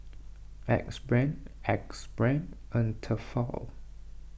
Axe Brand Axe Brand and Tefal